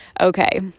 okay